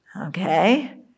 Okay